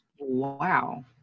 Wow